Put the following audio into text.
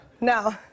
No